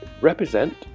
represent